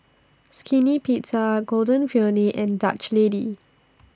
Skinny Pizza Golden Peony and Dutch Lady